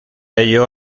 ello